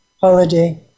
holiday